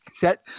Set